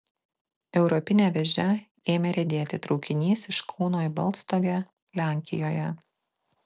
europine vėže ėmė riedėti traukinys iš kauno į balstogę lenkijoje